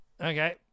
Okay